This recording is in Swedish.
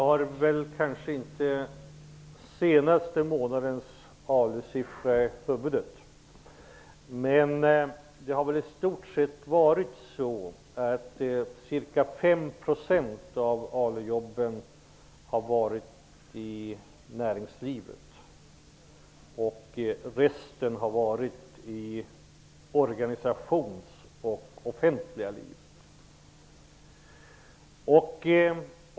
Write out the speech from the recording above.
Herr talman! Jag har inte den senaste månadens ALU-siffror i huvudet. Men i stort sett har ca 5 % av ALU-jobben funnits i näringslivet, och resten har funnits i organisationslivet och i det offentliga livet.